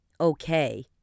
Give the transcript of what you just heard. okay